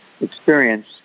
experience